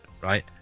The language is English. right